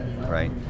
right